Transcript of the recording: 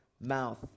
mouth